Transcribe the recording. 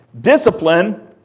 Discipline